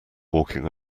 walking